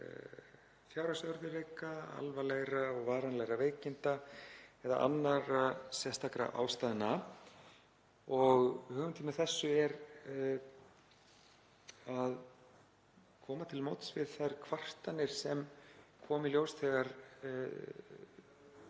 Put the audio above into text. fjárhagsörðugleika, alvarlegra og varanlegra veikinda eða annarra sérstakra ástæðna. Hugmyndin með þessu er að koma til móts við þær kvartanir sem komu í ljós þegar